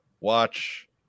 watch